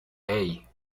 hey